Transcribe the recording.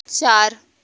चार